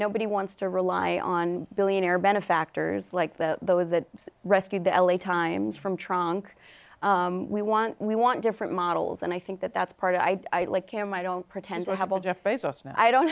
nobody wants to rely on billionaire benefactors like the those that rescued the l a times from trunk we want we want different models and i think that that's part of i like him i don't pretend to